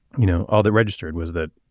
you know all the registered was that